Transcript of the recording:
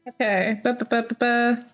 Okay